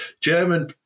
German